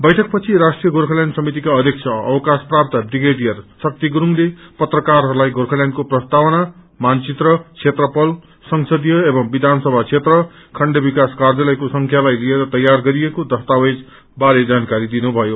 बैठक पछि राष्ट्रिय गोर्खाल्याण्ड समितिका अध्यक्ष अवकाश प्राप्त विप्रेडियर शक्ति गुरूङले पत्रकारहरूलाई गोर्खाल्याण्डको प्रस्तावना मानचित्र क्षेत्रफल सेसदीय एवं विधान सभा क्षेत्र खण्ड विकास कार्यालयको संख्यालाई लिएर तैयार गरिएको दस्तावेज बारे जानकारी दिनुभयो